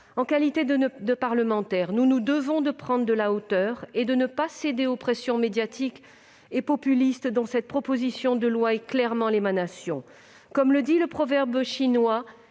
de même. Comme parlementaires, nous nous devons de prendre de la hauteur et ne pas céder aux pressions médiatiques et populistes, dont cette proposition de loi est clairement l'émanation. Comme le dit un proverbe chinois,